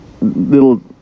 little